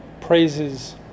praises